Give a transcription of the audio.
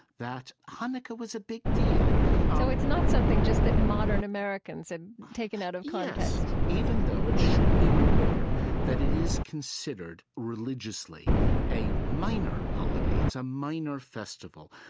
that hanukkah was a big deal so it's not something just that modern americans had taken out of context? yes. even though it should be remembered that it is considered religiously a minor holiday. it's a minor festival.